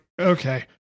okay